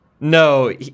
No